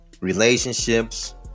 Relationships